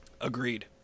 Agreed